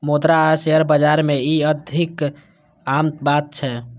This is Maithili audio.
मुद्रा आ शेयर बाजार मे ई अत्यधिक आम बात छै